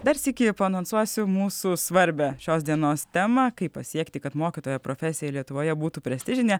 dar sykį anonsuosiu mūsų svarbią šios dienos temą kaip pasiekti kad mokytojo profesija lietuvoje būtų prestižinė